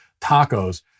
tacos